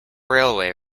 railway